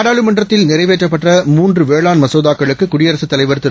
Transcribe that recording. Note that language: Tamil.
நாடாளுமன்றத்தில் நிறைவேற்றப்பட்ட மூன்று மசோதூக்களுக்கு குடியரகத் தலைவர் திரு